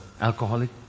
alcoholic